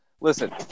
Listen